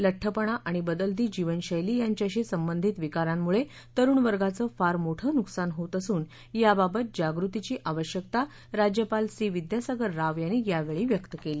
लठ्ठपणा आणि बदलती जीवनशैली यांच्याशी संबंधित विकारांमुळे तरुण वर्गाचं फार मोठं नुकसान होत असून याबाबत जागृतीची आवश्यकता राज्यपाल सी विद्यासागर राव यांनी यावेळी व्यक्त केली